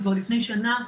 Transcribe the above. כבר לפני שנה,